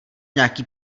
nějaký